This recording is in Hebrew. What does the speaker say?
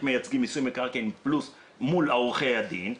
מייצגים מיסוי מקרקעין מול עורכי הדין,